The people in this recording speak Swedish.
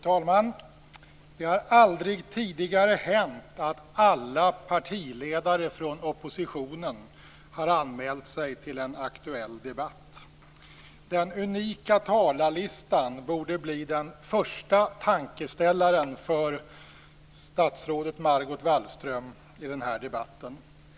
Fru talman! Det har aldrig tidigare hänt att alla partiledare från oppositionen har anmält sig till en aktuell debatt. Den unika talarlistan borde bli den första tankeställaren för statsrådet Margot Wallström i denna debatt.